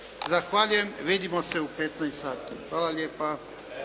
Zahvaljujem. Vidimo se u 15,00 sati. Hvala lijepa.